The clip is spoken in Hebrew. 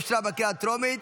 אושרה בקריאה הטרומית,